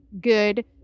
good